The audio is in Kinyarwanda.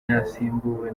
yasimbuwe